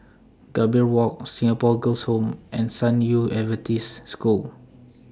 Gambir Walk Singapore Girls' Home and San Yu Adventist School